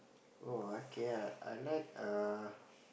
oh okay ah I like err